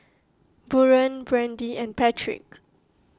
Buren Brandy and Patrick